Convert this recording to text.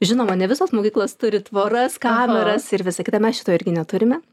žinoma ne visos mokyklos turi tvoras kameras ir visa kita mes šito irgi neturime